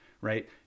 right